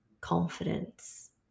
confidence